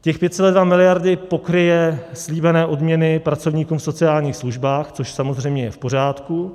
Těch 5,2 miliardy pokryje slíbené odměny pracovníkům v sociálních službách, což samozřejmě je v pořádku.